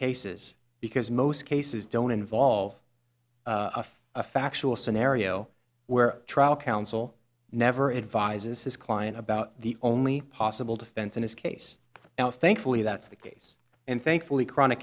cases because most cases don't involve a factual scenario where trial counsel never advises his client about the only possible defense in his case now thankfully that's the case and thankfully chronic